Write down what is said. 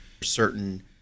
certain